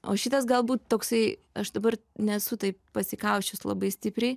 o šitas galbūt toksai aš dabar nesu taip pasikausčius labai stipriai